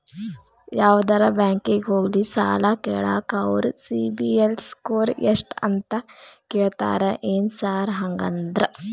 ಯಾವದರಾ ಬ್ಯಾಂಕಿಗೆ ಹೋಗ್ಲಿ ಸಾಲ ಕೇಳಾಕ ಅವ್ರ್ ಸಿಬಿಲ್ ಸ್ಕೋರ್ ಎಷ್ಟ ಅಂತಾ ಕೇಳ್ತಾರ ಏನ್ ಸಾರ್ ಹಂಗಂದ್ರ?